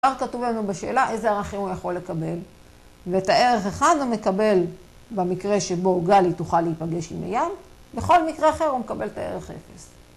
כבר כתוב לנו בשאלה איזה ערכים הוא יכול לקבל, ואת הערך אחד הוא מקבל במקרה שבו גלי תוכל להיפגש עם אייל, בכל מקרה אחר הוא מקבל את הערך אפס